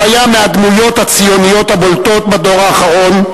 הוא היה מהדמויות הציוניות הבולטות בדור האחרון,